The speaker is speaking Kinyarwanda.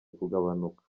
kugabanuka